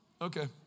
Okay